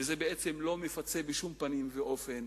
וזה לא מפצה בשום פנים ואופן